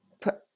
put